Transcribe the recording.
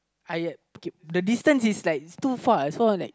I okay the distance is like it's too far so I like